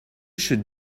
should